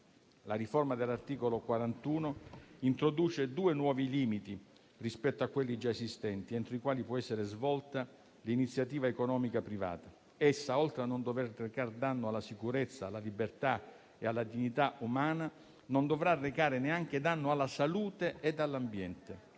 La riforma dell'articolo 41 introduce due nuovi limiti rispetto a quelli già esistenti entro i quali può essere svolta l'iniziativa economica privata. Essa, oltre a non dover recare danno alla sicurezza, alla libertà e alla dignità umana, non dovrà recare neanche danno alla salute e all'ambiente.